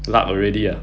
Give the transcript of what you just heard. luck already ah